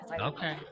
Okay